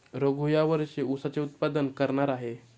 रघू या वर्षी ऊसाचे उत्पादन करणार आहे